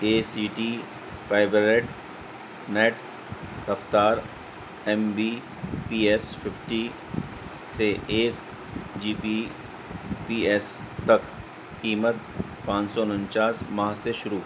اے C T fibre net رفتار M B P S fifty سے ایک جی پی پی ایس تک قیمت پانچ سو اننچاس ماہ سے شروع